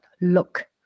look